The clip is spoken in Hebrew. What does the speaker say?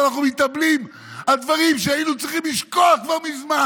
שאנחנו מתאבלים על דברים שהיינו צריכים לשכוח כבר מזמן.